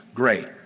Great